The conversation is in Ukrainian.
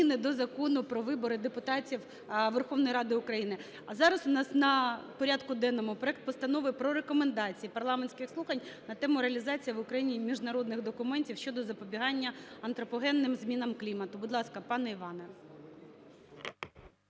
до Закону про вибори депутатів Верховної Ради України. Зараз у нас на порядку денному проект Постанови про Рекомендації парламентських слухань на тему: "Реалізація в Україні міжнародних документів щодо запобігання антропогенним змінам клімату". Будь ласка, пане Іване.